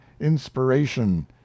inspiration